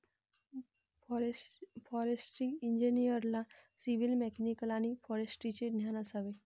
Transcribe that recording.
forestry इंजिनिअरला civil, mechanical आणि फॉरेस्ट्रीचे ज्ञान असावे